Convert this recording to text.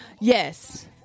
yes